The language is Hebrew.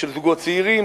של זוגות צעירים,